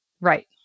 Right